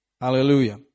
Hallelujah